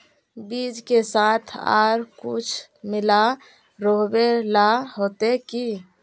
बीज के साथ आर कुछ मिला रोहबे ला होते की?